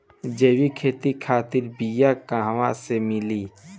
जैविक खेती खातिर बीया कहाँसे मिली?